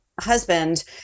husband